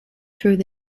through